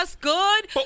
Good